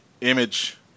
image